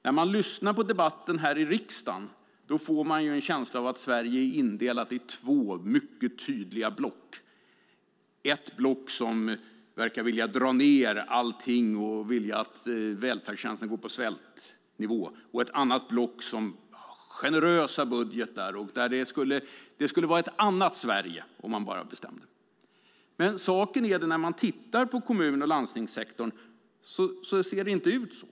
När man lyssnar på debatten här i riksdagen får man en känsla av att Sverige är indelat i två mycket tydliga block - ett block som verkar vilja dra ned på allt och att välfärdstjänsterna ska gå på svältnivå och ett annat block med generösa budgetar som skulle vilja ha ett annat Sverige om man bara fick bestämma. Men i kommun och landstingssektorn ser det inte ut så.